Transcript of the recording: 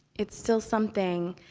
it's still something.